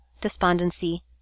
despondency